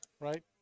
right